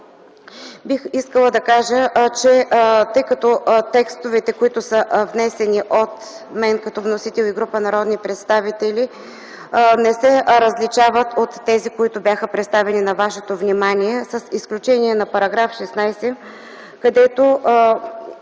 Бих искала да кажа, че тъй като текстовете, които са внесени от мен и група народни представители, не се различават от тези, които бяха представени на вашето внимание с изключение на § 16, където